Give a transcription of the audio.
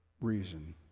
reason